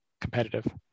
competitive